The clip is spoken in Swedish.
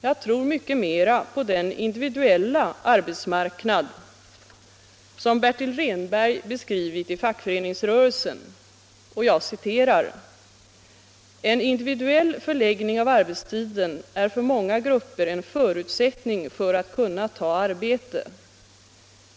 Jag tror mycket mera på den individuella arbetsmarknad som Bertil Rehnberg beskrivit i Fackföreningsrörelsen: ”En individuell förläggning av arbetstiden är för många grupper en förutsättning för att kunna ta ett arbete.